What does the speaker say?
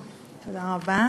תודה רבה.